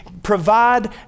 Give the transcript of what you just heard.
provide